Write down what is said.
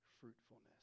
fruitfulness